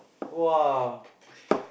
!wah!